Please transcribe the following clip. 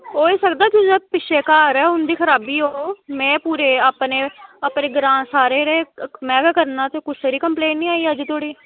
होई सकदा जिंदा पिच्छें घर ऐ उं'दी खराबी होग में पूरे अपने अपने ग्रां सारे जेह्ड़े में गै करना ते कुसै दी कम्पलेन निं आई अज्ज धोड़ी